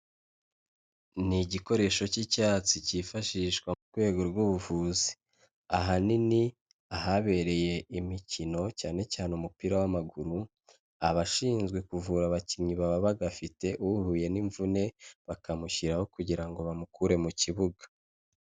Ni igikoresho cy'icyatsi cyifashishwa mu rwego rw'ubuvuzi. Ahanini ahabereye imikino cyane cyane umupira w'amaguru, abashinzwe kuvura abakinnyi baba bagafite, uhuye n'imvune bakamushyiraho kugira ngo bamukure mu kibuga.